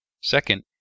Second